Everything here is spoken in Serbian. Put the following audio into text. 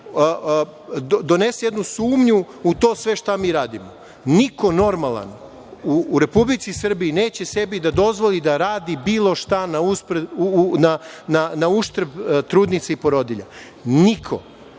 donese jednu sumnju u sve to šta mi radimo. Niko normalan u Republici Srbiji neće sebi da dozvoli da radi bilo šta na uštrb trudnica i porodilja. Niko,